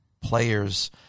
players